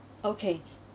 okay